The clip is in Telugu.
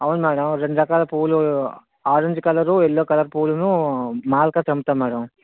అవును మేడం రెండు రకాల పువ్వులు ఆరెంజ్ కలరు ఎల్లో కలర్ పువ్వులునూ మాల కట్టి అమ్ముతాం మేడం